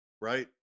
Right